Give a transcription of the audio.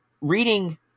reading